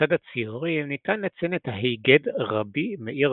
לצד הציורים ניתן לציין את ההיגד "רבי מאיר